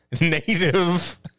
native